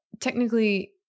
technically